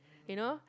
you know